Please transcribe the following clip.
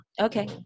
Okay